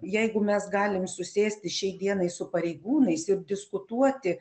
jeigu mes galim susėsti šiai dienai su pareigūnais ir diskutuoti